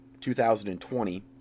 2020